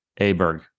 Aberg